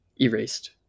erased